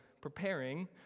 preparing